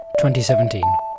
2017